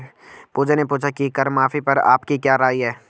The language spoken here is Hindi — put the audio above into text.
पूजा ने पूछा कि कर माफी पर आपकी क्या राय है?